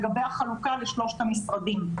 לגבי החלוקה לשלושת המשרדים.